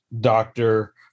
Doctor